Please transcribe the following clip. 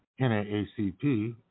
NAACP